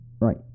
Right